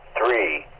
three,